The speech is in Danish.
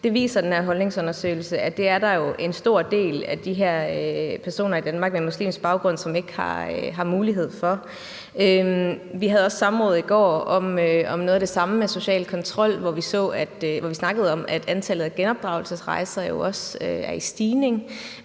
at der jo er en stor del af de her personer i Danmark med muslimsk baggrund, som ikke har mulighed for. Vi havde også samråd i går om noget af det samme med social kontrol, hvor vi snakkede om, at antallet af genopdragelsesrejser jo også er i stigning.